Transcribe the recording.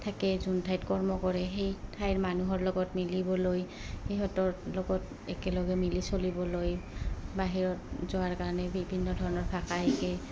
থাকে যোন ঠাইত কৰ্ম কৰে সেই ঠাইৰ মানুহৰ লগত মিলিবলৈ সিহঁতৰ লগত একেলগে মিলি চলিবলৈ বাহিৰত যোৱাৰ কাৰণে বিভিন্ন ধৰণৰ ভাষা শিকে